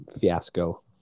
fiasco